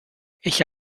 ich